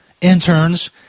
interns